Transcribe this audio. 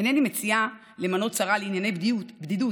אינני מציעה למנות שרה לענייני בדידות,